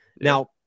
Now